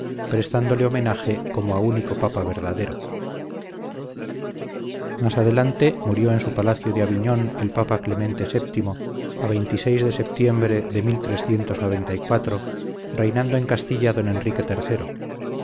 prestándole homenaje como a único papa verdadero más adelante murió en su palacio de aviñón el papa clemente vii a de septiembre de reinando en castilla don enrique